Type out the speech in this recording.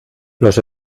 los